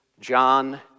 John